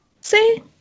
See